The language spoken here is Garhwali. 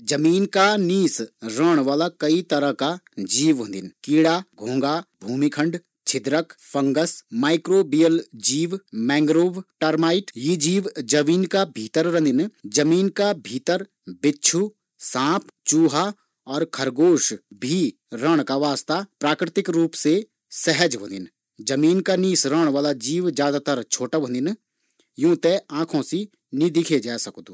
जमीन का नीस रेण वाळा कई तरह का जीव होदिन। कीड़ा घोंघा भूमिखंड छिदरक फंगस माईकरोबियल जीव मैगरो टरमाइट जीव, बिच्छू साँप चूहा और खरगोश भी जमीन का भीतर रेण का वास्ता प्राकृतिक रूप से सहज़ होदिन।